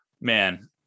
man